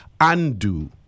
undo